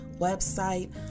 website